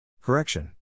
Correction